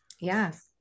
Yes